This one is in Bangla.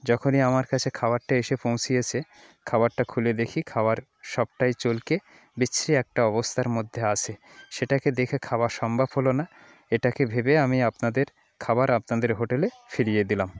যখনই আমার কাছে খাবারটা এসে পৌঁছিয়েছে খাবারটা খুলে দেখি খাওয়ার সবটাই চলকে বিচ্ছিরি একটা অবস্থার মধ্যে আসে সেটাকে দেখে খাওয়া সম্ভব হলো না এটাকে ভেবে আমি আপনাদের খাওয়ার আপনাদের হোটেলে ফিরিয়ে দিলাম